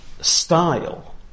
style